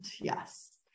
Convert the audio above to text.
yes